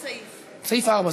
4,